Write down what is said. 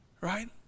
Right